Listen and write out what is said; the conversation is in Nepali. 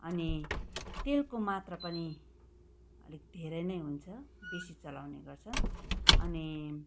अनि तेलको मात्रा पनि अलिक धेरै नै हुन्छ बेसी चलाउने गर्छ अनि